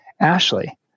Ashley